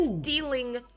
Stealing